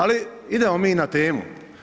Ali idemo mi na temu.